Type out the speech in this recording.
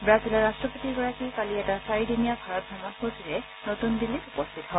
ৱাজিলৰ ৰাট্টপতি গৰাকী কালি এটা চাৰিদিনীয়া ভাৰত ভ্ৰমণসূচীৰে নতুন দিল্লীত উপস্থিত হয়